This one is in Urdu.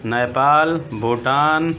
نیپال بھوٹان